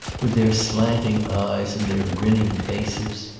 with their slanting eyes and their grinning faces.